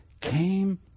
came